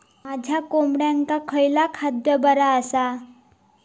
माझ्या कोंबड्यांका खयला खाद्य बरा आसा?